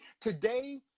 today